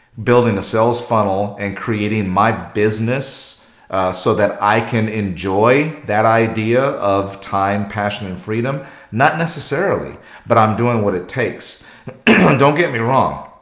building a sales funnel and creating my business so that i can enjoy that idea of time passion and freedom not necessarily but i'm doing what it takes and don't get me wrong.